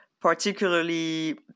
particularly